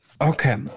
Okay